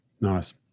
Nice